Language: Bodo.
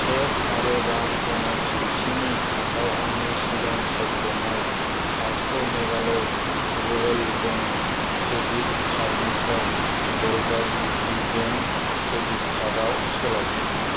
टेप आरो रां होनाय खान्थिनि थाखाय आंनि सिगां सायख'नाय कार्डखौ मेघालय रुरेल बेंक क्रेडिट कार्डनिफ्राय बर'डा इउपि बेंक क्रेडिट कार्डआव सोलाय